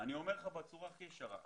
אני אומר לך בצורה הכי ישרה.